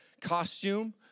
costume